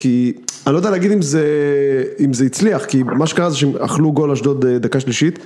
כי אני לא יודע להגיד אם זה יצליח, כי מה שקרה זה שאכלו גול אשדוד דקה שלישית